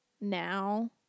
now